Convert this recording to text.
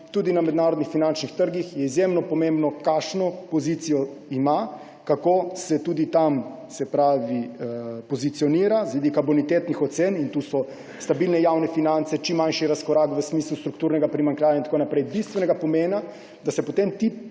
Tudi na mednarodnih finančnih trgih je izjemno pomembno, kakšno pozicijo ima, kako se tudi tam pozicionira z vidika bonitetnih ocen. Tu so stabilne javne finance, čim manjši razkorak v smislu strukturnega primanjkljaja in tako naprej bistvenega pomena, da se potem ti